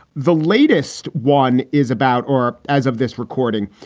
the latest one is about or as of this recording,